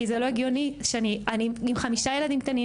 כי זה לא הגיוני שאני עם חמישה ילדים קטנים,